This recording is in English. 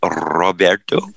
Roberto